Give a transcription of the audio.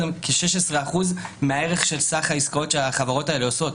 כ-16% מהערך של סך העסקאות שהחברות האלה עושות,